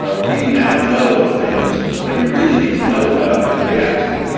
ah we now know of things that we really need to know about and react to.